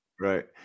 Right